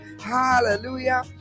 Hallelujah